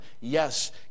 Yes